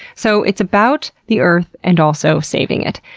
so it's about the earth and also saving it.